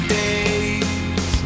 days